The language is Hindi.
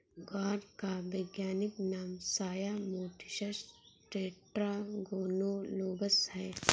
ग्वार का वैज्ञानिक नाम साया मोटिसस टेट्रागोनोलोबस है